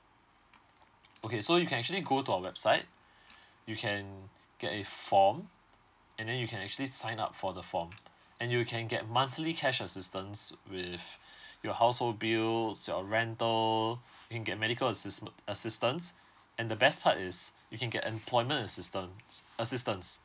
okay so you can actually go to our website you can get it form and then you can actually sign up for the form and you can get monthly cash assistance with your household bills your rental you can get medical assistmen~ assistance and the best part is you can get employment assistants assistance